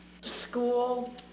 School